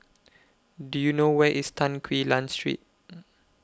Do YOU know Where IS Tan Quee Lan Street